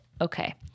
Okay